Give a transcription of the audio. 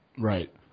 Right